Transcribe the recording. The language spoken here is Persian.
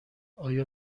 آیا